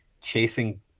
chasing